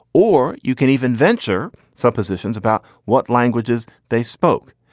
or you can even venture suppositions about what languages they spoke.